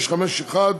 1651),